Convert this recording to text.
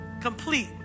complete